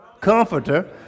Comforter